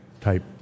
type